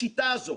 השיטה הזו,